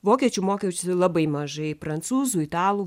vokiečių mokiausi labai mažai prancūzų italų